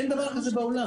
אין דבר כזה בעולם.